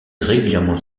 régulièrement